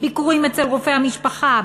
ביקורים אצל רופא המשפחה,